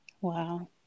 wow